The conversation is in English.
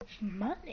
Money